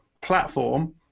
platform